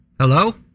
Hello